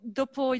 dopo